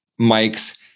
mics